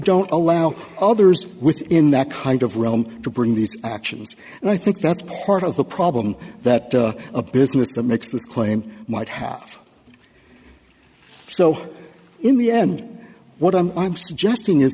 don't allow others within that kind of realm to bring these actions and i think that's part of the problem that a business that makes this claim might have so in the end what i'm suggesting is